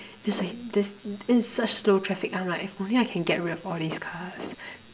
there's like this this such slow traffic I'm like if only I can get rid of all these cars